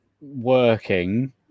working